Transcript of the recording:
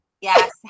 Yes